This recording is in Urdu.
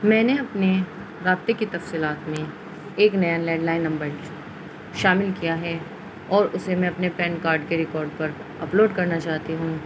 میں نے اپنے رابطے کی تفصیلات میں ایک نیا لینڈلائن نمبر شامل کیا ہے اور اسے میں اپنے پین کارڈ کے ریکارڈ پر اپلوڈ کرنا چاہتی ہوں